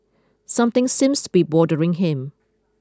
something seems to be bothering him